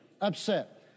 upset